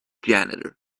janitor